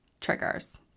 triggers